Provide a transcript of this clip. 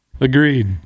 Agreed